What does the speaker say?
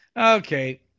Okay